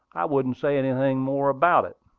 i wouldn't say anything more about it.